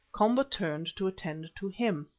komba turned to attend to him.